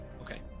Okay